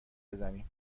بزنیم